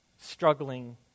struggling